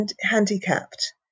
handicapped